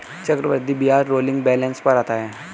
चक्रवृद्धि ब्याज rolling balance पर आता है